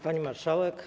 Pani Marszałek!